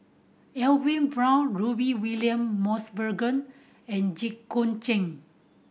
Edwin Brown Rudy William Mosbergen and Jit Koon Ch'ng